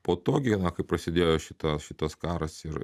po to gi na kai prasidėjo šitas šitas karas ir